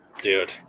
Dude